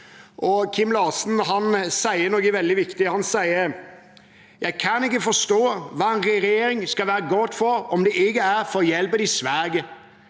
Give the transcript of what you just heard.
Kim Larsen sier noe veldig viktig. Han sier: «Jeg kan ikke forstå, hvad en regering skal gøre godt for, hvis det ikke er for at hjælpe de svage.